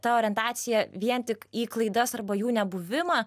ta orientacija vien tik į klaidas arba jų nebuvimą